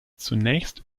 zunächst